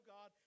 God